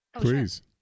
Please